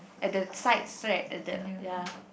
at the sides right at the ya